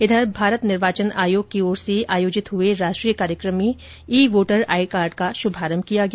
इधर भारत निर्वाचन आयोग की ओर आयोजित हुए राष्ट्रीय कार्यक्रम में ई वोटर आई कार्ड का शुभारंभ किया गया